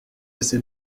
assez